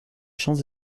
champs